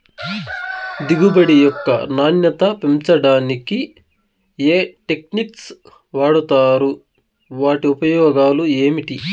దిగుబడి యొక్క నాణ్యత పెంచడానికి ఏ టెక్నిక్స్ వాడుతారు వాటి ఉపయోగాలు ఏమిటి?